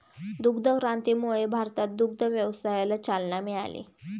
दुग्ध क्रांतीमुळे भारतात दुग्ध व्यवसायाला चालना मिळाली